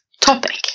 topic